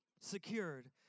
secured